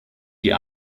die